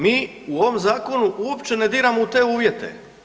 Mi u ovom zakonu opće ne diramo u te uvjete.